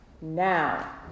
Now